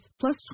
plus